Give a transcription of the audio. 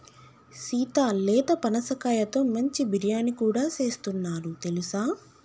సీత లేత పనసకాయతో మంచి బిర్యానీ కూడా సేస్తున్నారు తెలుసా